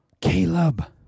Caleb